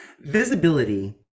visibility